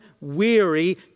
weary